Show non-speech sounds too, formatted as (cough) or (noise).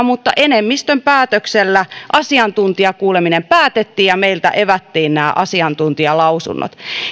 (unintelligible) mutta enemmistön päätöksellä asiantuntijakuuleminen päätettiin ja meiltä evättiin nämä asiantuntijalausunnot